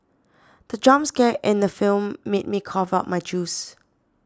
the jump scare in the film made me cough out my juice